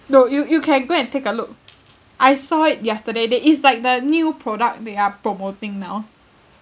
no you you can go and take a look I saw it yesterday that is like the new product they are promoting now